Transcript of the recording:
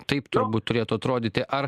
taip turbūt turėtų atrodyti ar